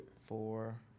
Four